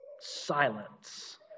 Silence